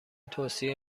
توصیه